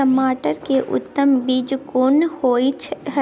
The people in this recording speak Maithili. टमाटर के उत्तम बीज कोन होय है?